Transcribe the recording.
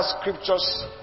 scriptures